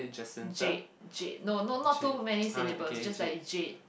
Jade Jade no no no not too many syllables just like Jade